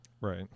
Right